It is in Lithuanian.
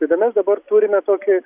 tai mes dabar turime tokį